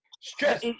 Stress